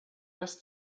dass